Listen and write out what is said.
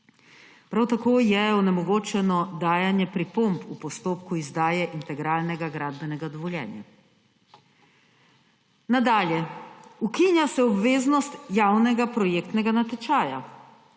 Prav tako je onemogočeno dajanje pripomb v postopku izdajanja integralnega gradbenega dovoljenja. Nadalje. Ukinja se obveznost javnega projektnega natečaja.